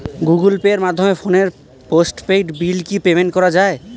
Google পের মাধ্যমে ফোনের পোষ্টপেইড বিল কি পেমেন্ট করা যায়?